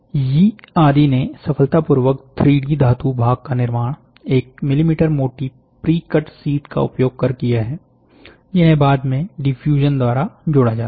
यी आदि ने सफलतापूर्वक 3D धातु भाग का निर्माण एक मिलीमीटर मोटी प्रीकट शीट का उपयोग कर किया है जिन्हे बाद में डिफ्यूजन द्वारा जोड़ा जाता है